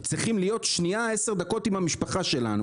צריכים להיות עשר דקות עם המשפחה שלנו